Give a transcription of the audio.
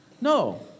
No